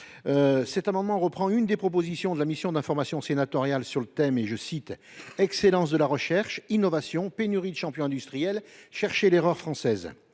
Cet amendement reprend l’une des propositions de la mission d’information sénatoriale sur le thème « Excellence de la recherche/innovation, pénurie de champions industriels : cherchez l’erreur française ».